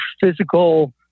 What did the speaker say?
physical